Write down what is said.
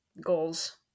goals